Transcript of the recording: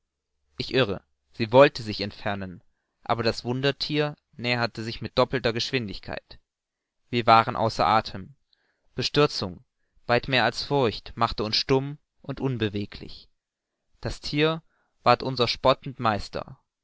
ich irre sie wollte sich entfernen aber das wunderthier näherte sich mit doppelter geschwindigkeit wir waren außer athem bestürzung weit mehr als furcht machte uns stumm und unbeweglich das thier ward unser spottend meister